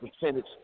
percentage